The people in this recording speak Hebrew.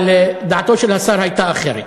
דעתו של השר הייתה אחרת.